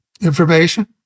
information